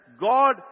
God